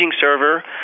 server